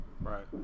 Right